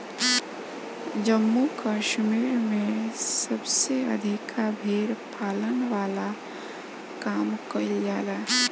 जम्मू कश्मीर में सबसे अधिका भेड़ पालन वाला काम कईल जाला